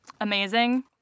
amazing